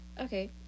Okay